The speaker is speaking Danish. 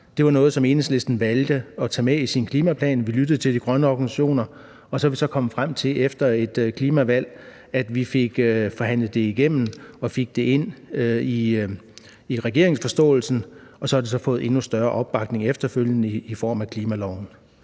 Det var noget, Enhedslisten valgte at tage med i sin klimaplan. Vi lyttede til de grønne organisationer, og så har vi så efter et klimavalg fået det forhandlet igennem og har fået det ind i forståelsespapiret, og så har det fået endnu større opbakning efterfølgende i form af klimaloven.